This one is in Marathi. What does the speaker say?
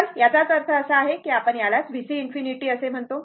तर याचाच अर्थ असा आहे की आपण यालाच VC∞ म्हणतो